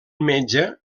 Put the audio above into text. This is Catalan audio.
metge